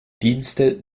dienste